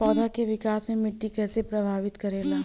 पौधा के विकास मे मिट्टी कइसे प्रभावित करेला?